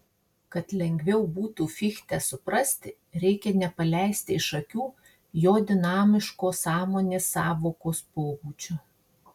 kad lengviau būtų fichtę suprasti reikia nepaleisti iš akių jo dinamiško sąmonės sąvokos pobūdžio